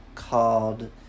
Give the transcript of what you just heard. called